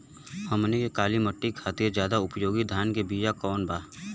हमनी के काली माटी खातिर ज्यादा उपयोगी धान के बिया कवन बा?